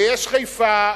ויש חיפה,